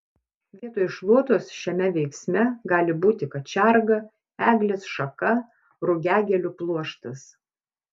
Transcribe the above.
vietoj šluotos šiame veiksme gali būti kačerga eglės šaka rugiagėlių pluoštas